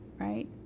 right